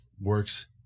works